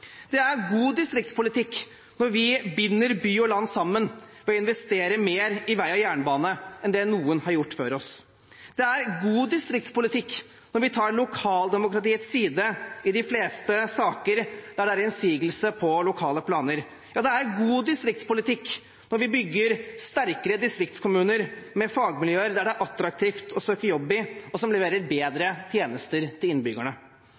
Det er god distriktspolitikk når vi binder by og land sammen ved å investere mer i vei og jernbane enn det noen har gjort før oss. Det er god distriktspolitikk når vi tar lokaldemokratiets side i de fleste saker der det er innsigelse mot lokale planer. Ja, det er god distriktspolitikk når vi bygger sterkere distriktskommuner med fagmiljøer som det er attraktivt å søke jobb i, og som leverer bedre tjenester til innbyggerne.